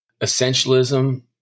Essentialism